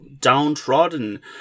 downtrodden